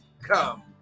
come